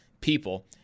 people